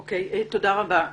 תודה רבה.